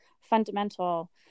fundamental